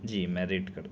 جی میں ویٹ کرتا ہوں